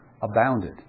abounded